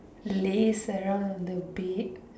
laze around on the bed